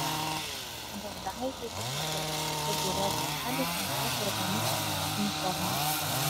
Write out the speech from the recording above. daudaitei pasakiau kad žiūrovų salė tamsuos rudomis uniformomis